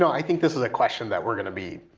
i think this is a question that we're gonna be,